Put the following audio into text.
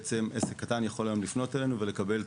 עסק קטן יכול היום לפנות אלינו ולקבל,